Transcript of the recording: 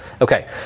Okay